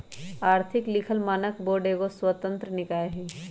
आर्थिक लिखल मानक बोर्ड एगो स्वतंत्र निकाय हइ